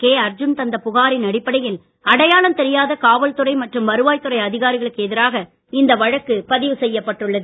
K Arjun தந்த புகாரின் அடிப்படையில் அடையாளம் தெரியாத காவல்துறை மற்றும் வருவாய் துறை அதிகாரிகளுக்கு எதிராக இந்த வழக்கு பதிவு செய்யப்பட்டுள்ளது